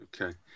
Okay